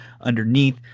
underneath